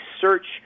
search